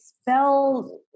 spell